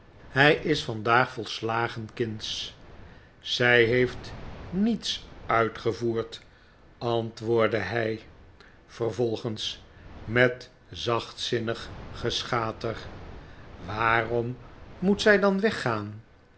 hij is vandaag volslagen kindsch zij heeft niets uitgevoerd antwoordde hij vervolgens met een zachtzinnig geschater waarom moet zij dan weggaan